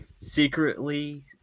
secretly